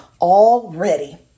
already